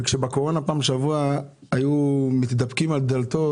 בקורונה פעם בשבוע היו מתדפקים על דלתו